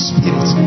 Spirit